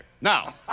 Now